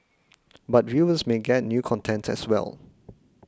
but viewers may get new content as well